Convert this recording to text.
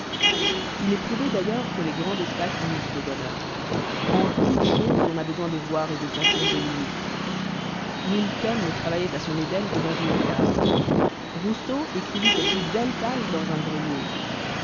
il est prouvé d'ailleurs que les grands espaces nuisent au bonheur en toutes choses on a besoin de voir et de sentir des limites milton ne travaillait à son éden que dans une cave rousseau écrivit ses plus belles pages dans un grenier